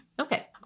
Okay